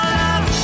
love